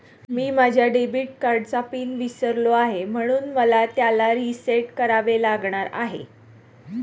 मी माझ्या डेबिट कार्डचा पिन विसरलो आहे म्हणून मला त्याला रीसेट करावे लागणार आहे